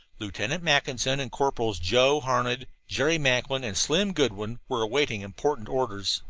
lieutenant mackinson and corporals joe harned, jerry macklin and slim goodwin were awaiting important orders.